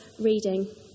reading